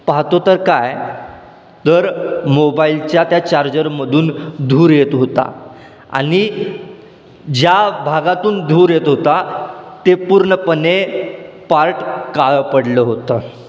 पाहतो तर काय तर मोबाईलच्या त्या चार्जरमधून धूर येत होता आणि ज्या भागातून धूर येत होता ते पूर्णपणे पार्ट काळं पडलं होतं